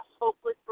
hopeless